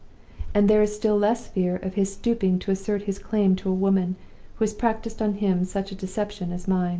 and there is still less fear of his stooping to assert his claim to a woman who has practiced on him such a deception as mine.